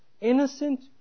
innocent